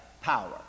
power